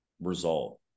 result